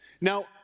Now